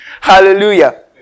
Hallelujah